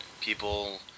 people